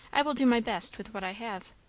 i will do my best with what i have.